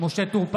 משה טור פז,